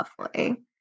Lovely